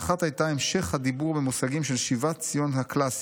האחת הייתה המשך הדיבור במושגים של שיבת ציון הקלאסית,